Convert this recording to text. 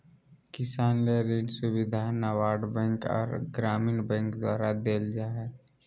किसान ले ऋण सुविधा नाबार्ड बैंक आर ग्रामीण बैंक द्वारा देल जा हय